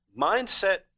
mindset